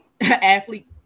athlete